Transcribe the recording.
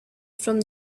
from